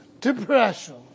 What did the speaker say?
depression